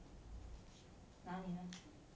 哪里呢